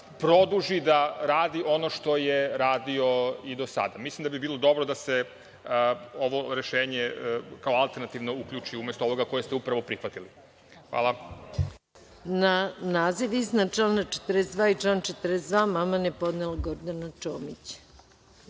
produži da radi ono što je radio i do sada. Mislim da bi bilo dobro da se ovo rešenje kao alternativno, uključi umesto ovoga koje ste upravo prihvatili. Hvala. **Maja Gojković** Na naziv iznad člana 42. i član 42. amandman je podnela Gordana Čomić. Da